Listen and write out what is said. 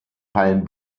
palm